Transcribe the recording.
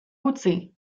utzi